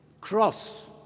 cross